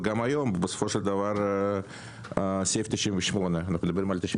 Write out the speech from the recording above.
בסופו של דבר אנחנו מדברים על סעיף 98?